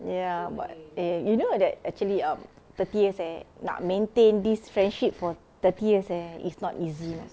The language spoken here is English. ya but eh you know that actually um thirty years eh nak maintain this friendship for thirty years eh it's not easy lah